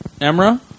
Emra